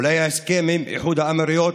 אולי ההסכם עם איחוד האמירויות,